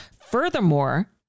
Furthermore